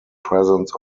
presence